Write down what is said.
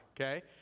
okay